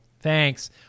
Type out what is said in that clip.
thanks